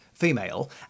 female